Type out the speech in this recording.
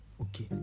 okay